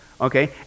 okay